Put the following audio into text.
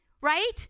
right